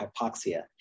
hypoxia